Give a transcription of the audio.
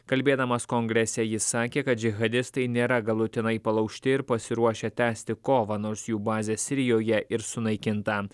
kalbėdamas kongrese jis sakė kad džihadistai nėra galutinai palaužti ir pasiruošę tęsti kovą nors jų bazė sirijoje ir sunaikinta